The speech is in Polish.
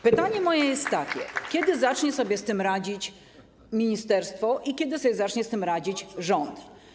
Pytanie moje jest takie: Kiedy zacznie sobie z tym radzić ministerstwo i kiedy zacznie sobie z tym radzić rząd?